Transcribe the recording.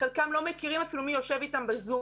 חלקם לא מכירים אפילו מי יושב איתם בזום.